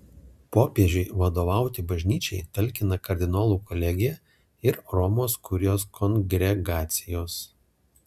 popiežiui vadovauti bažnyčiai talkina kardinolų kolegija ir romos kurijos kongregacijos